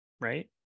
right